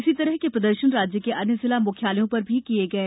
इसी तरह के प्रदर्शन राज्य के अन्य जिला मुख्यालयों पर किये गये